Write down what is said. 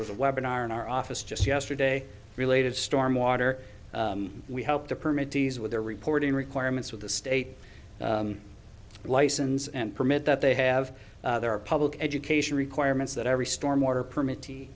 or the web in our in our office just yesterday related stormwater we help the permit fees with their reporting requirements with the state license and permit that they have there are public education requirements that every storm order permit